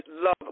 love